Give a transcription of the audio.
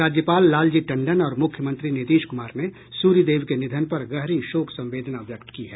राज्यपाल लालजी टंडन और मुख्यमंत्री नीतीश कुमार ने सूरिदेव के निधन पर गहरी शोक संवेदना व्यक्त की है